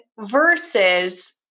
versus